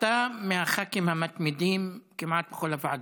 אתה מהח"כים המתמידים כמעט בכל הוועדות.